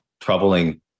troubling